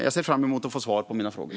Jag ser fram emot att få svar på mina frågor.